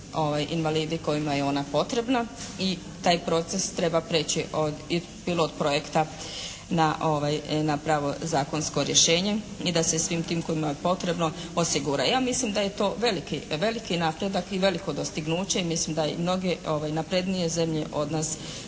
invalidi kojima je ona potrebna i taj proces treba prijeći od pilot projekta na pravo zakonsko rješenje i da se svim tim kojima je potrebno osigura. Ja mislim da je to veliki, veliki napredak i veliko dostignuće i mislim da mnoge naprednije zemlje od nas